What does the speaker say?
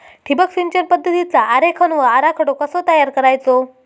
ठिबक सिंचन पद्धतीचा आरेखन व आराखडो कसो तयार करायचो?